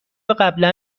قبلا